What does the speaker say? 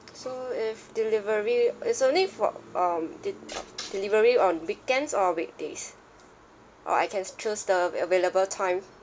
so if delivery is only for um de~ um delivery on weekends or weekdays or I can choose the available time